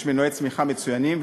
יש מנועי צמיחה מצוינים,